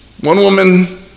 one-woman